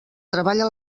treballa